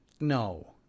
No